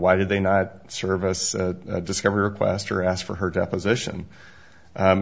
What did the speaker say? why did they not serve us discovery request or ask for her deposition